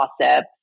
gossip